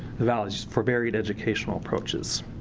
values for varied educational approaches.